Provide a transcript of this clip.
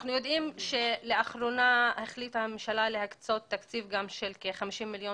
אנחנו יודעים שלאחרונה החליטה הממשלה להקצות תקציב של כ-50 מיליון